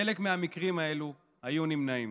חלק מהמקרים האלה היו נמנעים.